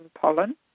pollen